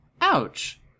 Ouch